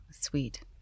sweet